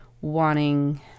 wanting